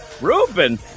Ruben